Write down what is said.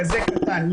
כזה קטן,